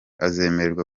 azemerwa